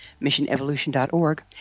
missionevolution.org